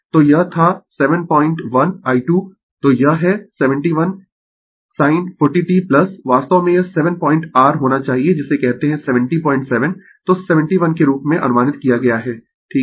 तो यह था 71 I 2 तो यह है 71 sin 40 t वास्तव में यह 7 पॉइंट r होना चाहिए जिसे कहते है 707 तो 71 के रूप में अनुमानित किया गया है ठीक है